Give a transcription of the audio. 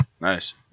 nice